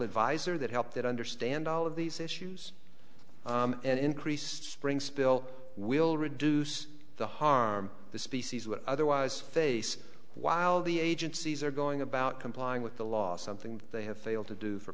advisor that helped it understand all of these issues and increased springs bill will reduce the harm the species would otherwise face while the agencies are going about complying with the law something they have failed to do for